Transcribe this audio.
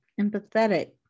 empathetic